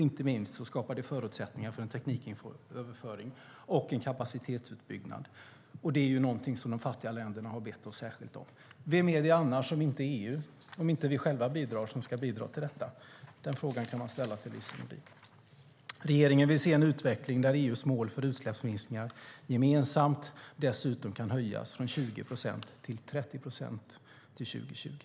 Inte minst skapar det förutsättningar för tekniköverföring och kapacitetsutbyggnad, och det är någonting som de fattiga länderna har bett oss särskilt om. Vem annars om inte EU, om inte vi själva, ska bidra till detta? Den frågan kan man ställa till Lise Nordin. Regeringen vill se en utveckling där EU:s mål för utsläppsminskningar dessutom gemensamt kan höjas från 20 procent till 30 procent till 2020.